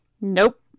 Nope